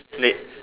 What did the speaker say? late